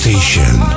Station